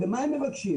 ומה הם מבקשים?